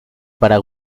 para